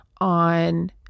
on